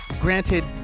granted